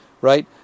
right